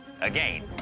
Again